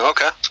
Okay